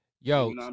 Yo